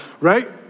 right